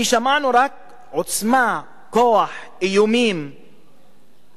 כי שמענו רק: עוצמה, כוח, איומים ושחורות.